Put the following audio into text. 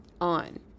on